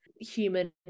human